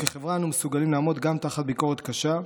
וכחברה אנו מסוגלים לעמוד גם תחת ביקורת קשה.